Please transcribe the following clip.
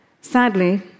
Sadly